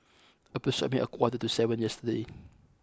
approximately a quarter to seven yesterday